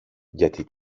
γιατί